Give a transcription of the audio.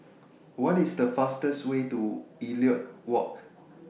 What IS The fastest Way to Elliot Walk